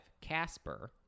Casper